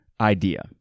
idea